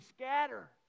scatter